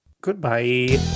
Goodbye